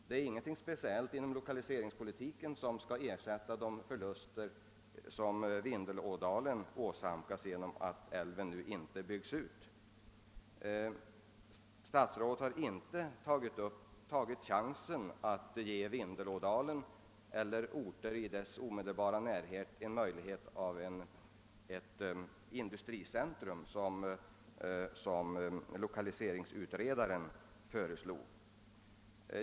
Det är ingenting speciellt inom lokaliseringspolitiken som skall ersätta de förluster som åsamkas Vindelälvsdalens befolkning. Statsrådet har inte i sin 10 kaliseringsproposition tagit chansen att ge Vindelälvsdalen eller någon ort i dess omedelbara närhet möjlighet att få ett industricentrum, såsom <lokaliseringsutredaren föreslog.